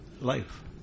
life